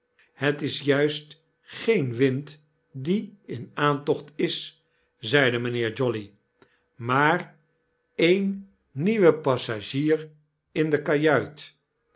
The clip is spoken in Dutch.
het is juist geen wind die inaantochtis zeide mynheer jolly maar een nieuw passagier in de kajuit